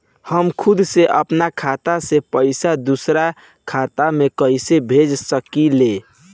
हम खुद से अपना खाता से पइसा दूसरा खाता में कइसे भेज सकी ले?